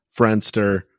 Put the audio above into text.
Friendster